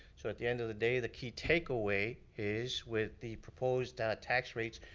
so, at the end of the day, the key takeaway is, with the proposed tax rates,